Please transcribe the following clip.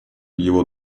его